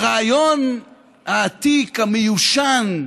ברעיון העתיק, המיושן,